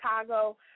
Chicago